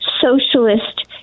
socialist